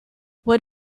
what